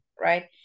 right